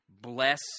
bless